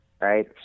Right